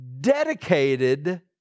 dedicated